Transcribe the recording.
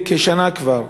כבר לפני כשנה,